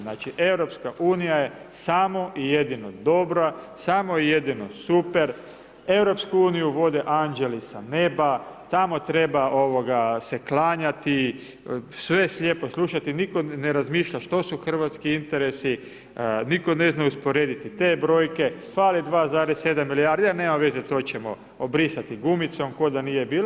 Znači, EU je samo i jedino dobra, samo i jedino super, EU vode anđeli sa neba, tamo treba ovoga se klanjati sve slijepo slušati, nitko ne razmišlja što su hrvatski interesi, nitko ne zna usporediti te brojke, fale 2,7 milijardi a nema veze to ćemo obrisati gumicom ko da nije bilo.